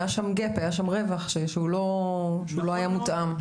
היה שם רווח שלא היה מותאם.